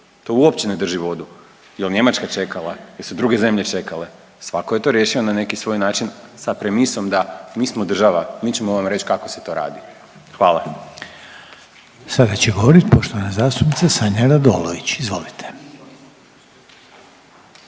to uopće ne drži vodu. Jel Njemačka čekala, jesu druge zemlje čekale? Svako je to riješio na neki svoj način sa premisom da mi smo država, mi ćemo vam reći kako se to radi. Hvala. **Reiner, Željko (HDZ)** Sada će govoriti poštovana zastupnica Sanja Radolović. Izvolite.